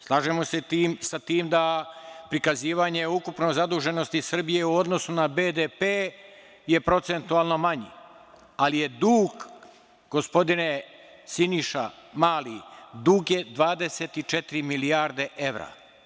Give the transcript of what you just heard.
Slažemo se sa tim da prikazivanje ukupne zaduženosti Srbije u odnosu na BDP je procentualno manji, ali je dug, gospodine Siniša Mali, dug je 24 milijardi evra.